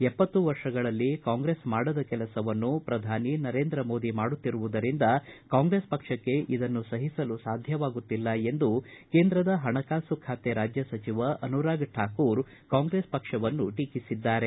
ಎಪ್ಪತ್ತು ವರ್ಷಗಳಲ್ಲಿ ಕಾಂಗ್ರೆಸ್ ಮಾಡದ ಕೆಲಸವನ್ನು ಪ್ರದಾನಿ ನರೇಂದ್ರ ಮೋದಿ ಮಾಡುತ್ತಿರುವುದರಿಂದ ಕಾಂಗ್ರೆಸ್ ಪಕ್ಷಕ್ಕೆ ಇದನ್ನು ಸಹಿಸಲು ಸಾಧ್ಯವಾಗುತ್ತಿಲ್ಲ ಎಂದು ಕೇಂದ್ರದ ಹಣಕಾಸು ಖಾತೆ ರಾಜ್ಯ ಸಚಿವ ಅನುರಾಗ ಠಾಕೂರ್ ಕಾಂಗ್ರೆಸ್ ಪಕ್ಷವನ್ನು ಟೀಕಿಸಿದ್ದಾರೆ